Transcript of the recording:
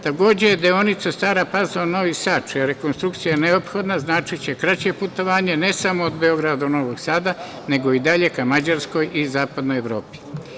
Takođe, deonica Stara Pazova – Novi Sad, čija rekonstrukcija je neophodna znači će kraće putovanje ne samo od Beograda do Novog Sada nego i dalje ka Mađarskoj i Zapadnoj Evropi.